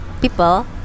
people